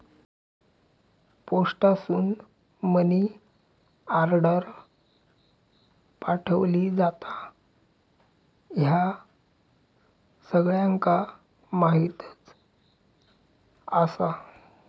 पोस्टासून money order पाठवली जाता, ह्या सगळ्यांका माहीतच आसा